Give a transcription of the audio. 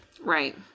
Right